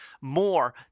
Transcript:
more